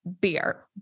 beer